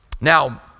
Now